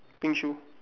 pink shoe